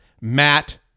Matt